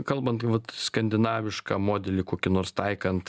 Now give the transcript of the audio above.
kalbant vat skandinavišką modelį kokį nors taikant